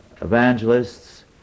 evangelists